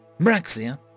Braxia